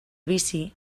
vici